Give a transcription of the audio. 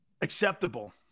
acceptable